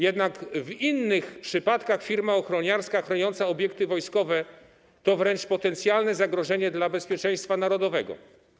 Jednak w innych przypadkach firma ochroniarska chroniąca obiekty wojskowe to wręcz potencjalne zagrożenie dla bezpieczeństwa narodowego.